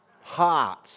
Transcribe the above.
heart